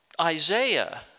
Isaiah